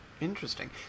Interesting